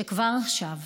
שכבר עכשיו